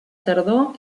tardor